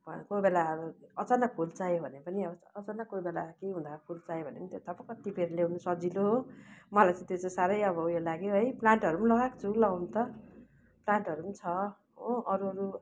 कोही बेला अचानक फुल चाहियो भने पनि अब अचानक कोही बेला के हुँदा फुल चाहियो भने त्यो टपक्क टिपेर ल्याउनु सजिलो हो मलाई चाहिँ त्यो चाहिँ साह्रै अब उयो लाग्यो है प्लान्टहरू लगाएको छु लगाउनु त प्लान्टहरू छ हो अरू अरू